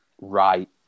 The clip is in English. right